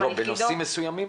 בנושאים מסוימים?